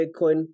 Bitcoin